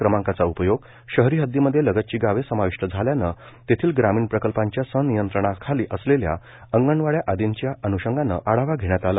क्रमांकाचा उपयोग शहरी हद्दीमध्ये लगतची गावे समाविष्ट झाल्यानं तेथील ग्रामीण प्रकल्पांच्या संनियंत्रणाखाली असलेल्या अंगणवाड्या आदींच्या अन्षंगानं आढावा घेण्यात आला